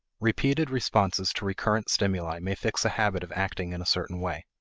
repeated responses to recurrent stimuli may fix a habit of acting in a certain way.